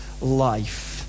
life